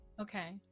okay